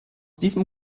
diesem